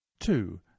Two